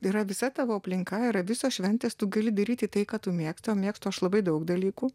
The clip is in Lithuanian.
yra visa tavo aplinka yra visos šventės tu gali daryti tai ką tu mėgsti o mėgstu aš labai daug dalykų